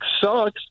sucks